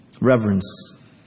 reverence